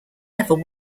never